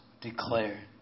declare